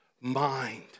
mind